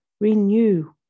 Renew